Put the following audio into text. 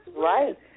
Right